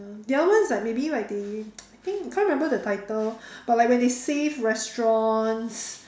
the other one is like maybe like they I think I can't remember the title but like when they save restaurants